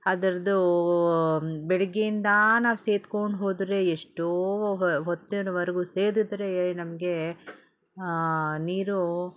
ಅದರ್ದು ಬೆಳಿಗ್ಗೆಯಿಂದ ನಾವು ಸೇದ್ಕೋಂಡು ಹೋದರೆ ಎಷ್ಟೋ ಹೊತ್ತಿನವರ್ಗೂ ಸೇದಿದ್ರೇ ನಮಗೆ ನೀರು